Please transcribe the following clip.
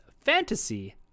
fantasy